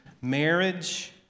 marriage